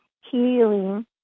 healing